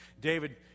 David